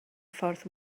ffordd